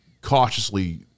cautiously